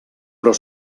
però